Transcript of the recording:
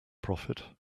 prophet